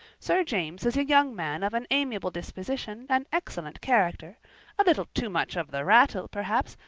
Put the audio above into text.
sir james is a young man of an amiable disposition and excellent character a little too much of the rattle, perhaps,